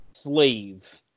Slave